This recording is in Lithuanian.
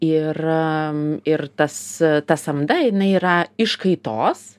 ir ir tas ta samda jinai yra iš kaitos